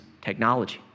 technology